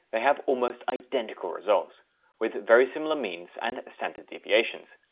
they have almost identical results with very similar means and standard deviations.